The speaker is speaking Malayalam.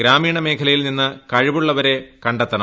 ഗ്രാമീണ മേഖലയിൽ നിന്ന് കഴിവുള്ളവരെ കടെ ത്തണം